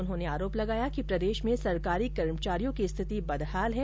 उन्होंने आरोप लगाया कि प्रदेश में सरकारी कर्मचारियों की स्थिति बदहाल है